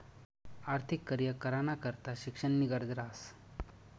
आर्थिक करीयर कराना करता शिक्षणनी गरज ह्रास